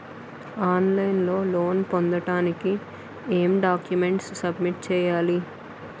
On line లో loan పొందటానికి ఎం డాక్యుమెంట్స్ సబ్మిట్ చేయాలి?